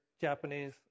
Japanese